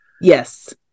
Yes